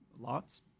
lots